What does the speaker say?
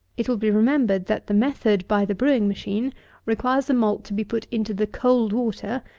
it will be remembered that the method by the brewing machine requires the malt to be put into the cold water,